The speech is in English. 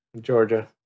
georgia